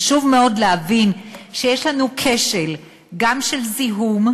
חשוב מאוד להבין שיש לנו כשל, גם של זיהום,